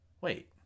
Wait